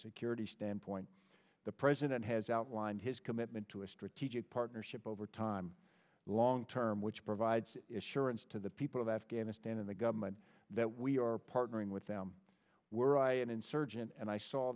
security standpoint the president has outlined his commitment to a strategic partnership over time long term which provides surance to the people of afghanistan and the government that we are partnering with them were i an insurgent and i saw